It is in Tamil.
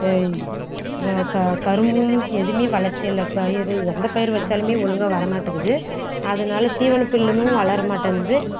க க கரும்பும் எதுவுமே விளச்சல்ல பயிர் எந்த பயிர் வைச்சாலுமே ஒழுங்கா வர மாட்டுங்குது அதனால் தீவனப் புல்லும் வளரமாட்டேன்து